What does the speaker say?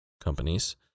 companies